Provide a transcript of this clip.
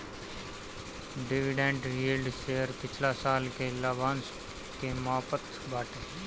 dividend yield share पिछला साल के लाभांश के मापत बाटे